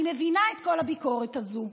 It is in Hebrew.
אני מבינה את כל הביקורת הזאת,